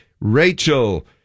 Rachel